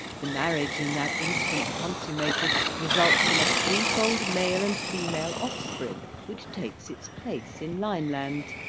the marriage in that instant consummated results in a threefold male and female offspring which takes its place in lineland.